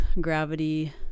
gravity